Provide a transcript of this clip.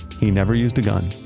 he never used a gun,